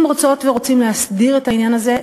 אם רוצות ורוצים להסדיר את העניין הזה,